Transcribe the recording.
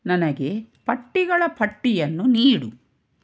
ನನಗೆ ಪಟ್ಟಿಗಳ ಪಟ್ಟಿಯನ್ನು ನೀಡು